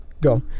go